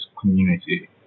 community